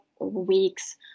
weeks